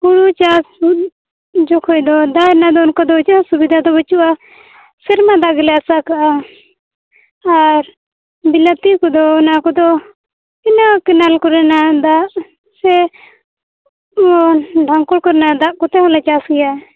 ᱦᱩᱲᱩ ᱪᱟᱥ ᱡᱚᱠᱷᱚᱡ ᱫᱚ ᱫᱟᱜ ᱨᱮᱭᱟᱜ ᱫᱚ ᱚᱱᱠᱟ ᱫᱚ ᱪᱮᱫᱦᱚᱸ ᱥᱩᱵᱤᱫᱟ ᱫᱚ ᱵᱟᱹᱪᱩᱜᱼᱟ ᱥᱮᱨᱢᱟ ᱫᱟᱜ ᱜᱮᱞᱮ ᱟᱥᱟ ᱠᱟᱜᱼᱟ ᱟᱨ ᱵᱤᱞᱟᱛᱤ ᱠᱚᱫᱚ ᱚᱱᱟ ᱠᱚᱫᱚ ᱤᱱᱟᱹ ᱠᱮᱞᱮᱱ ᱠᱚᱨᱮᱱᱟᱜ ᱫᱟᱜ ᱥᱮ ᱤᱭᱟᱹ ᱰᱷᱟᱝᱠᱚᱲ ᱠᱚᱨᱮᱱᱟᱜ ᱫᱟᱜ ᱠᱚᱛᱮ ᱦᱚᱸᱞᱮ ᱪᱟᱥ ᱜᱮᱭᱟ